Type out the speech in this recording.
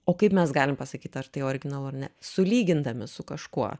o kaip mes galim pasakyt ar tai originalu ar ne sulygindami su kažkuo